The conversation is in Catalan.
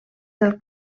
del